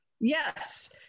Yes